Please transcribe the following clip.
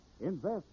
invest